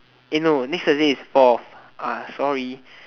eh no next thursday is four ah sorry